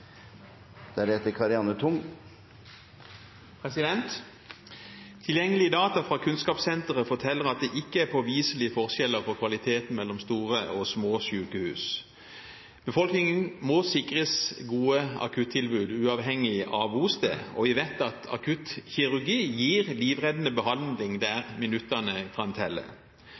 Tilgjengelige data fra Kunnskapssenteret forteller at det ikke er påviselige forskjeller på kvaliteten mellom store og små sykehus. Befolkningen må sikres gode akuttilbud uavhengig av bosted, og vi vet at akuttkirurgi gir livreddende behandling der